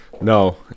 No